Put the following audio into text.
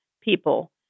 people